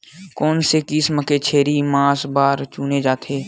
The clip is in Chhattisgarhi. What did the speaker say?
कोन से किसम के छेरी मांस बार चुने जाथे?